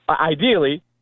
ideally